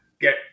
get